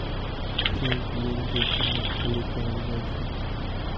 French bean के सेमक फली कहल जाइ छै